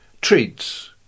treats